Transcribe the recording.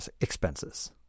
expenses